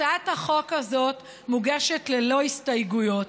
הצעת החוק הזאת מוגשת ללא הסתייגויות.